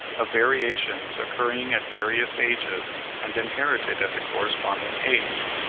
of variations occurring at various ages, and inherited at the corresponding age.